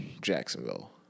Jacksonville